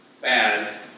bad